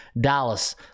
Dallas